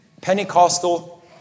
Pentecostal